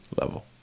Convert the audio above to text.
level